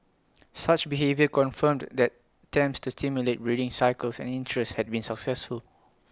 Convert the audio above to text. such behaviour confirmed that attempts to stimulate breeding cycles and interest had been successful